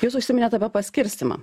jūs užsiminėt apie paskirstymą